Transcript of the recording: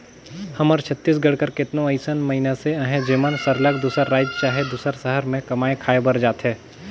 हमर छत्तीसगढ़ कर केतनो अइसन मइनसे अहें जेमन सरलग दूसर राएज चहे दूसर सहर में कमाए खाए बर जाथें